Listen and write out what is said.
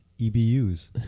EBUs